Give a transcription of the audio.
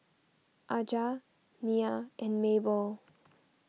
Aja Nyah and Mabell